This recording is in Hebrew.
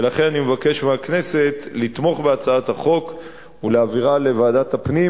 ולכן אני מבקש מהכנסת לתמוך בהצעת החוק ולהעבירה לוועדת הפנים